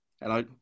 hello